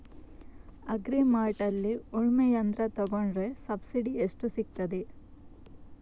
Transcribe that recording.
Agri ಮಾರ್ಟ್ನಲ್ಲಿ ಉಳ್ಮೆ ಯಂತ್ರ ತೆಕೊಂಡ್ರೆ ಸಬ್ಸಿಡಿ ಎಷ್ಟು ಸಿಕ್ತಾದೆ?